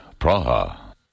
Praha